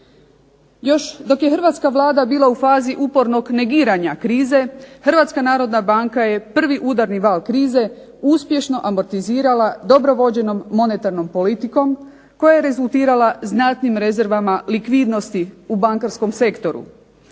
Još dok je hrvatska Vlada bila u fazi upornog negiranja krize, Hrvatska narodna banka je prvi udarni val krize uspješno amortizirala dobro vođenom monetarnom politikom, koja je rezultirala znatnim rezervama likvidnosti u bankarskom sektoru.